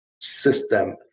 system